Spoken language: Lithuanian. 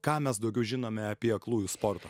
ką mes daugiau žinome apie aklųjų sportą